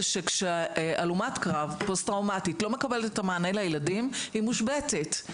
זה כשהלומת קרב פוסט-טראומטית לא מקבלת את המענה לילדים - היא מושבתת,